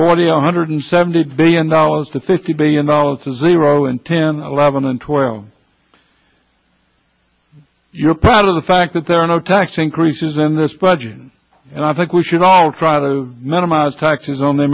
forty one hundred seventy billion dollars to fifty billion dollars to zero in ten eleven and twelve you're proud of the fact that there are no tax increases in this budget and i think we should all try to minimize taxes on the